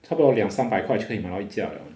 差不多两三百块就可以买到一架 liao leh